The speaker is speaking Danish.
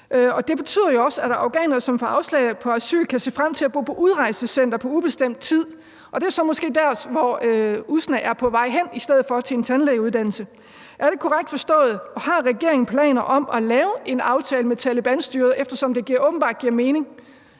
det betyder jo også, at afghanerne, som får afslag på asyl, kan se frem til at bo på udrejsecenter på ubestemt tid. Og det er så måske der, hvor Usna er på vej hen i stedet for til en tandlægeuddannelse. Er det korrekt forstået? Og har regeringen planer om at lave en aftale med Talebanstyret, eftersom det åbenbart giver mening